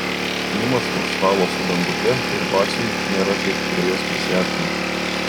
klimas už stalo su dangute ir vaciui nėra kaip prie jos prisiartinti